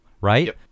right